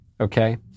okay